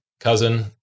cousin